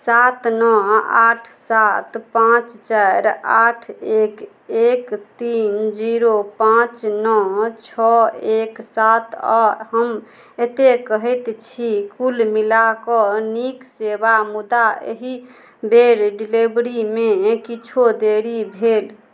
सात नओ आठ सात पाँच चारि आठ एक एक तीन जीरो पाँच नओ छओ एक सात आओर हम एतेक कहैत छी कुल मिलाकऽ नीक सेवा मुदा एहिबेर डिलिवरीमे किछु देरी भेल